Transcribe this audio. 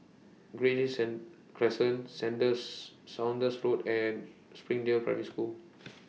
Green Crescentc Saunders Road and Springdale Primary School